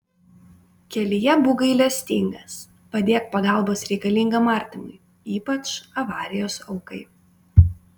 kelyje būk gailestingas padėk pagalbos reikalingam artimui ypač avarijos aukai